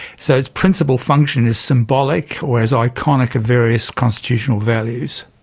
so its principal function is symbolic or as iconic of various constitutional values.